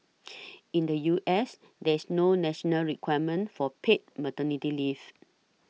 in the U S there's no national requirement for paid maternity leave